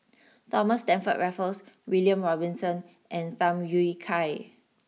Thomas Stamford Raffles William Robinson and Tham Yui Kai